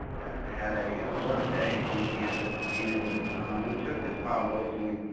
had a work day on campus. and we took this compost, and we